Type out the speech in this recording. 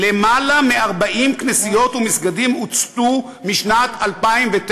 יותר מ-40 כנסיות ומסגדים הוצתו משנת 2009,